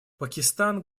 пакистан